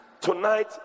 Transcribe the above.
Tonight